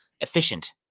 efficient